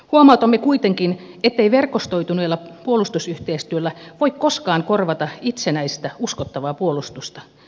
huomautamme kuitenkin ettei verkostoituneella puolustusyhteistyöllä voi koskaan korvata itsenäistä uskottavaa puolustusta